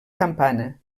campana